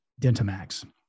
Dentamax